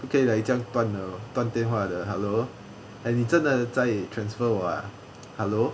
不可以 like 这样断了断电话的 hello eh 你真的在 transfer 我 ah hello